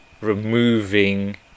removing